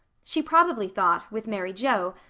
she probably thought, with mary joe,